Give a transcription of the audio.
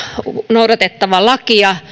noudatettava lakia